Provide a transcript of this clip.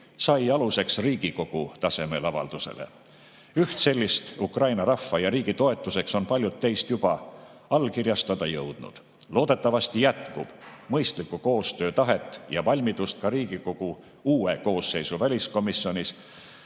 sai aluseks Riigikogu tasemel avaldusele. Ühe sellise Ukraina rahva ja riigi toetuseks on paljud teist juba allkirjastada jõudnud. Loodetavasti jätkub mõistlikku koostöötahet ja ‑valmidust ka Riigikogu uue koosseisu väliskomisjonis.